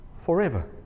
forever